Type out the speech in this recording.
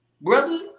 brother